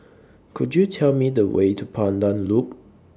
Could YOU Tell Me The Way to Pandan Loop